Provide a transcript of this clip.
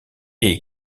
est